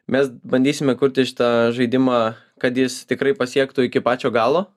mes bandysime kurti šitą žaidimą kad jis tikrai pasiektų iki pačio galo